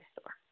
store